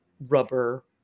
rubber